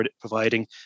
providing